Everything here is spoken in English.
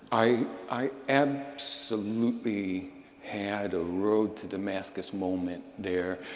i i absolutely had a road to damascus moment there.